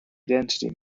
identity